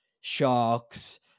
sharks